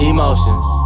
Emotions